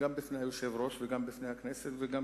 גם בפני היושב-ראש וגם בפני הכנסת וגם